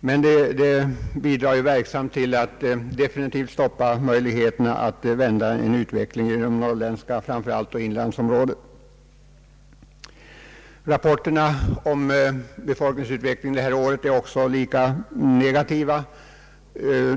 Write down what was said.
Detta bidrar verksamt till att definitivt stoppa möjligheten att vända utvecklingen, framför allt i de norrländska inlandsområdena. Rapporterna om befolkningsutvecklingen detta år är lika negativa.